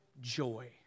joy